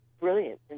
brilliant